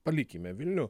palikime vilnių